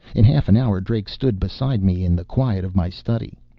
in half an hour drake stood beside me, in the quiet of my study.